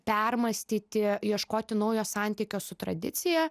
permąstyti ieškoti naujo santykio su tradicija